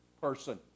person